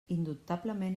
indubtablement